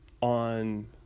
on